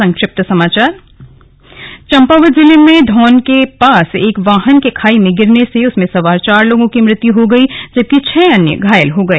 संक्षिप्त समाचार चम्पावत जिले में धौन के पास एक वाहन के खाई में गिरने से उसमें सवार चार लोगों की मृत्यु हो गई जबकि छह अन्य घायल हो गए